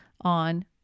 on